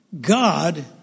God